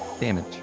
damage